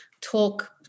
talk